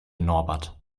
norbert